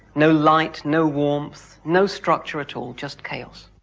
no light, no warmth, no structure at all, just chaos.